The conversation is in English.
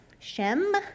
Shem